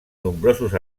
nombrosos